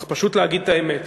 צריך פשוט להגיד את האמת,